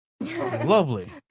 Lovely